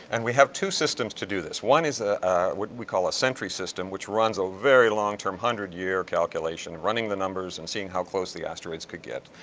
and we have two systems to do this. one is ah what we call a sentry system, which runs a very long term, one hundred year calculation, and running the numbers and seeing how close the asteroids could get.